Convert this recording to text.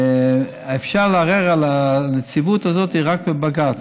אפשר לערער על הנציבות הזאת רק בבג"ץ.